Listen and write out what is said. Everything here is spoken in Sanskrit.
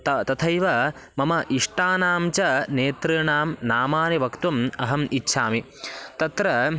त तथैव मम इष्टानां च नेतॄणां नामानि वक्तुम् अहम् इच्छामि तत्र